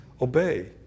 obey